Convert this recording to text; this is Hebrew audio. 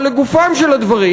אבל לגופם של הדברים,